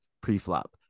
pre-flop